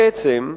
בעצם,